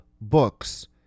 books